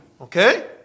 Okay